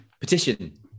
Petition